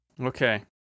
okay